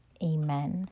amen